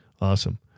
Awesome